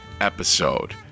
episode